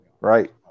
right